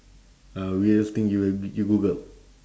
uh weirdest thing you have you googled